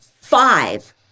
five